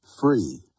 free